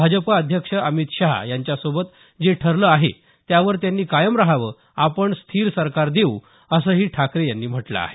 भाजप अध्यक्ष अमित शहा यांच्यासोबत जे ठरले आहे त्यावर त्यांनी कायम रहावे आपण स्थिर सरकार देऊ असंही ठाकरे यांनी म्हटलं आहे